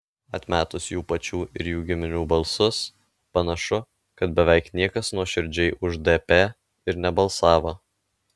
atmetus jų pačių ir jų giminių balsus panašu kad beveik niekas nuoširdžiai už dp ir nebalsavo